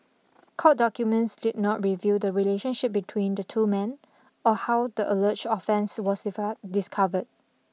court documents did not reveal the relationship between the two men or how the alleged offence was effect discovered